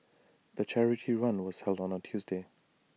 the charity run was held on A Tuesday